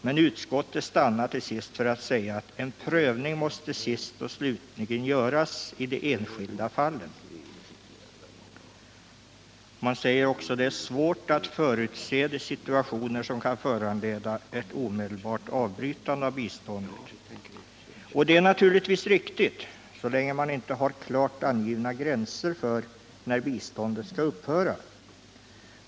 Men utskottet har till sist beslutat sig för att säga att ”en prövning måste sist och slutligen göras i de enskilda fallen”. Man säger också att det är svårt att förutse de situationer som kan föranleda ett omedelbart avbrytande av biståndet. Och det är naturligtvis riktigt så länge man inte har klart angivna gränser för när biståndet skall upphöra.